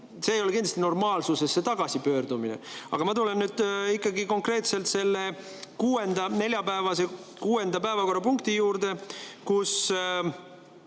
See ei ole kindlasti normaalsusesse tagasipöördumine. Aga ma tulen nüüd ikkagi konkreetselt selle neljapäevase kuuenda päevakorrapunkti juurde.